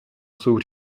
jsou